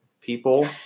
people